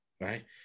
right